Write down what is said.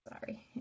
sorry